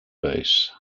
base